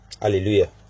hallelujah